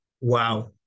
wow